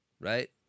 right